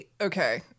Okay